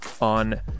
on